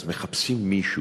אז מחפשים מישהו,